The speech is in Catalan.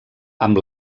amb